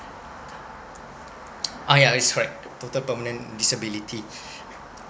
ah yeah it's correct total permanent disability